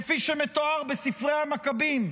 כפי שמתואר בספרי המכבים.